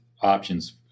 options